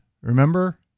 Remember